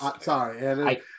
Sorry